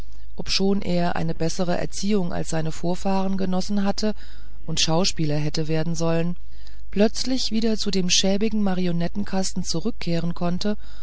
obschon er eine bessere erziehung als seine vorfahren genossen hatte und schauspieler hätte werden sollen plötzlich wieder zu dem schäbigen marionettenkasten zurückkehren konnte